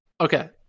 Okay